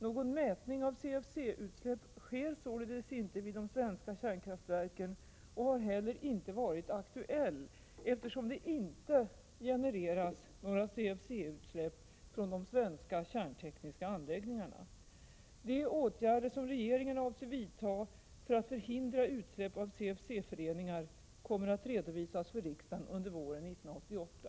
Någon mätning av CFC-utsläpp sker således inte vid de svenska kärnkraftverken och har inte heller varit aktuell, eftersom det inte genereras några 'CFC-utsläpp från de svenska kärntekniska anläggningarna. De åtgärder som regeringen avser att vidta för att förhindra utsläpp av CFC-föreningar kommer att redovisas för riksdagen under våren 1988.